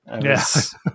yes